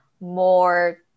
more